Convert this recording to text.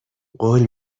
قول